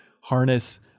harness